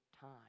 time